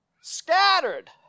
scattered